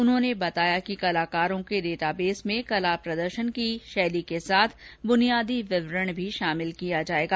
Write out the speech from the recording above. उन्होंने बताया कि कलाकारों के डेटाबेस में कला प्रदर्शन की शैली के साथ बुनियादी विवरण शामिल है